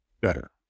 better